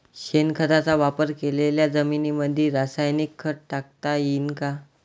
शेणखताचा वापर केलेल्या जमीनीमंदी रासायनिक खत टाकता येईन का?